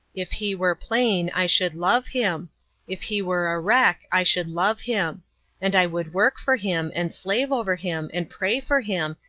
if he were plain, i should love him if he were a wreck, i should love him and i would work for him, and slave over him, and pray for him,